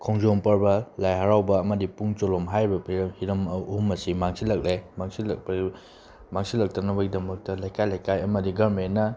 ꯈꯣꯡꯖꯣꯝ ꯄꯔꯕ ꯂꯥꯏ ꯍꯥꯔꯥꯎꯕ ꯑꯃꯗꯤ ꯄꯨꯡ ꯆꯣꯂꯣꯝ ꯍꯥꯏꯔꯤꯕ ꯍꯤꯔꯝ ꯑꯍꯨꯝ ꯑꯁꯤ ꯃꯥꯡꯁꯤꯜꯂꯛꯂꯦ ꯃꯥꯡꯁꯤꯜꯂꯛꯇꯅꯕꯒꯤꯗꯃꯛꯇ ꯂꯩꯀꯥꯏ ꯂꯩꯀꯥꯏ ꯑꯃꯗꯤ ꯒꯔꯃꯦꯟꯅ